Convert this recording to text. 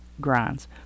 grinds